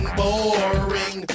boring